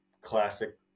classic